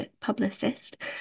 publicist